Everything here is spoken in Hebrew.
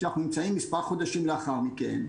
כשאנחנו נמצאים מספר חודשים לאחר מכן,